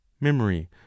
memory